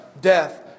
death